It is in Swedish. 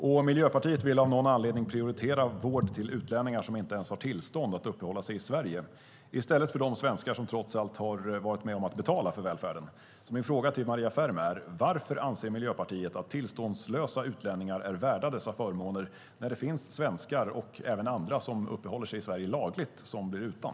Och Miljöpartiet vill av någon anledning prioritera vård till utlänningar som inte ens har tillstånd att uppehålla sig i Sverige i stället för de svenskar som trots allt har varit med och betalat för välfärden. Min fråga till Maria Ferm är: Varför anser Miljöpartiet att tillståndslösa utlänningar är värda dessa förmåner, när det finns svenskar och även andra som uppehåller sig i Sverige lagligt som blir utan?